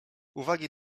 uwagi